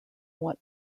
what